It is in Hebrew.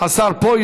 השר פה?